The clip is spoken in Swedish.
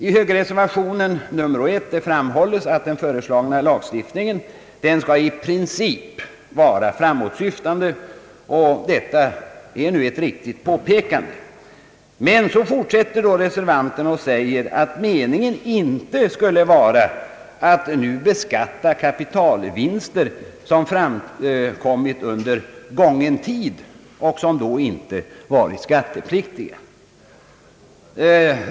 I högerreservationen nr 1 framhålles att den föreslagna lagstiftningen i princip skall vara framåtsyftande. Detta är ett riktigt påpekande. Men så fortsätter reservanterna och säger att meningen inte skulle vara att nu beskatta kapitalvinster som framkommit under gången tid och som då inte varit skattepliktiga.